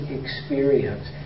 experience